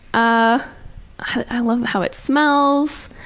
ah i love how it smells.